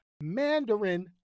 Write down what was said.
Mandarin